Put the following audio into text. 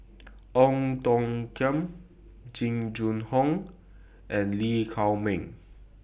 Ong Tiong Khiam Jing Jun Hong and Lee Chiaw Meng